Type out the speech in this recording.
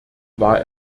war